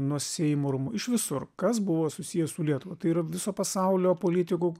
nuo seimo rūmų iš visur kas buvo susiję su lietuva tai yra viso pasaulio politikų